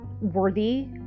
worthy